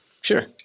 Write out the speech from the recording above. Sure